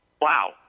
Wow